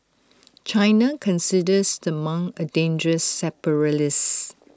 China considers the monk A dangerous separatist